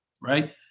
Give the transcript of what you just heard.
right